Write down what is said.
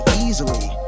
easily